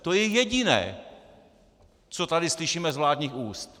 To je jediné, co tady slyšíme z vládních úst.